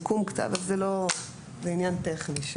זה קצת מוזר שזה פה, מבחינת המבנה.